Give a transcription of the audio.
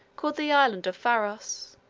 called the island of pharos.